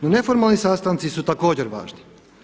No neformalni sastanci su također važni.